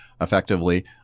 Effectively